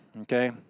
Okay